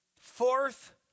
fourth